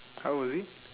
how was it